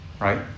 right